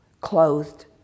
clothed